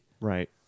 Right